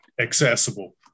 accessible